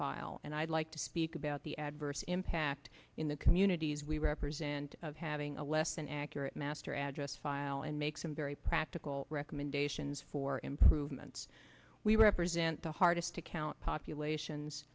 file and i'd like to speak about the adverse impact in the communities we represent of having a less than accurate master address file and make some very practical recommendations for improvements we represent the hardest to count populations